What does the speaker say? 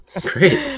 great